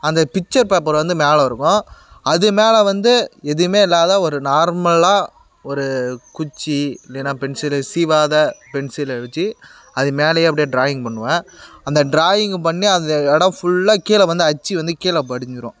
அந்த picture paper வந்து மேலே இருக்கும் அது மேலே வந்து எதுவுமே இல்லாத ஒரு நார்மலாக ஒரு குச்சி இல்லைன்னா பென்சிலு சீவாத பென்சிலை வெச்சு அது மேலேயே அப்படியே டிராயிங் பண்ணுவேன் அந்த டிராயிங்கு பண்ணி அந்த இடம் ஃபுல்லாக கீழே வந்து அச்சு வந்து கீழே படிஞ்சுரும்